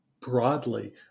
broadly